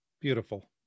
Beautiful